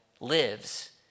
lives